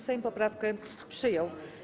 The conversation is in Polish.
Sejm poprawkę przyjął.